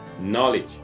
knowledge